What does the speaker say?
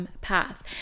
Path